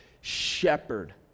Shepherd